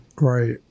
Right